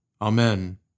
Amen